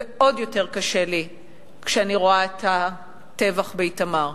ועוד יותר קשה לי כשאני רואה את הטבח באיתמר.